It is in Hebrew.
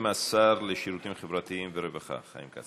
עכשיו לגבי הנושא של זהבה גלאון.